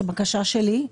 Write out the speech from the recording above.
את הבקשה שלי: